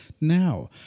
Now